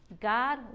God